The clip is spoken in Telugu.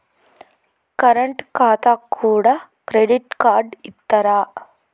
కరెంట్ ఖాతాకు కూడా క్రెడిట్ కార్డు ఇత్తరా?